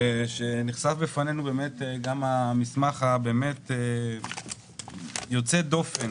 ושנחשף בפנינו באמת גם המסמך הבאמת יוצא דופן